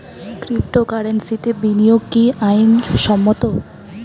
ক্রিপ্টোকারেন্সিতে বিনিয়োগ কি আইন সম্মত?